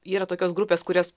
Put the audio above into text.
yra tokios grupės kurios